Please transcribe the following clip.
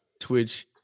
twitch